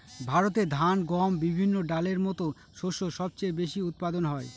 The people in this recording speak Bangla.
ভারতে ধান, গম, বিভিন্ন ডালের মত শস্য সবচেয়ে বেশি উৎপাদন হয়